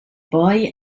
boy